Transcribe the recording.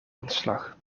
ontslag